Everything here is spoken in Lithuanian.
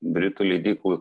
britų leidyklų